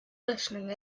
listening